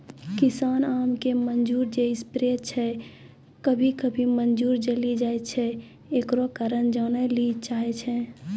किसान आम के मंजर जे स्प्रे छैय कभी कभी मंजर जली जाय छैय, एकरो कारण जाने ली चाहेय छैय?